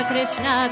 Krishna